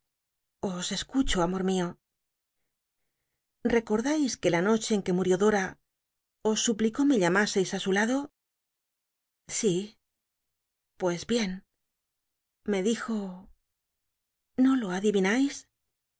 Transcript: os escucho amor mio recordais que la noche en que murió dora os suplicó me llamaseis á su lado sí i pues bien me dijo no jo adivinais